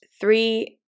three